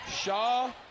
Shaw